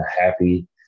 happy